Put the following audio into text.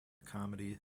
comedy